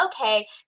okay